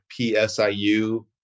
PSIU